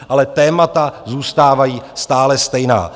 Ale témata zůstávají stále stejná.